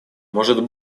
может